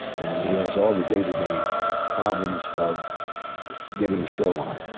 and he has all the day-to-day problems of getting a show on.